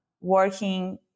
working